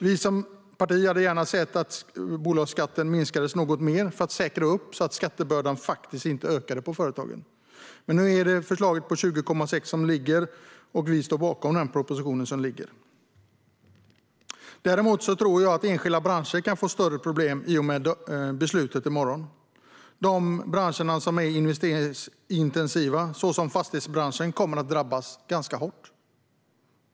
Vi som parti hade gärna sett att bolagsskatten minskades något mer för att säkra att skattebördan faktiskt inte ökar för företagen. Men nu är det förslaget på 20,6 procent som föreligger, och vi står bakom propositionen. Däremot tror jag att enskilda branscher kan få större problem i och med beslutet i morgon. De branscher som är investeringsintensiva, såsom fastighetsbranschen, kommer att drabbas ganska hårt.